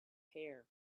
hair